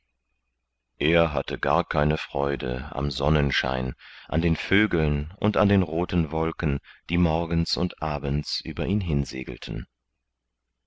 er hatte gar keine freude am sonnenschein an den vögeln und den roten wolken die morgens und abends über ihn hinsegelten